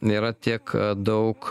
nėra tiek daug